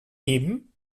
geben